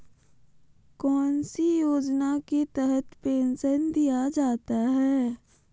कौन सी योजना के तहत पेंसन दिया जाता है?